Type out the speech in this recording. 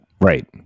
right